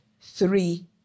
three